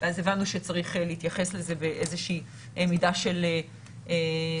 אז הבנו שצריך להתייחס לזה באיזושהי מידה של -- סקפטיות.